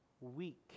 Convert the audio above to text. weak